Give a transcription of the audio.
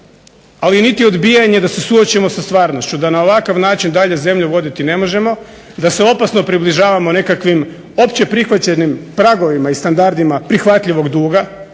ali niti odbijanje da se suočimo sa stvarnošću, da na ovakav način dalje zemlju voditi ne možemo, da se opasno približavamo nekakvim općeprihvaćenih pragovima i standardima prihvatljivog duga